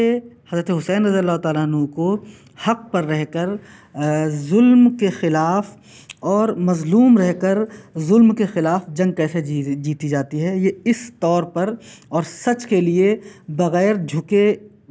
کہ حضرت حسین رضی اللہ تعالیٰ عنہ کو حق پر رہ کر ظلم کے خلاف اور مظلوم رہ کر ظلم کے خلاف جنگ کیسے جی جیتی جاتی ہے یہ اس طور پر اور سچ کے لیے بغیر جھکے